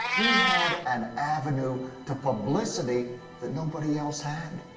he had an avenue to publicity that nobody else had.